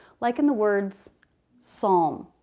like in the words psalm,